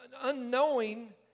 unknowing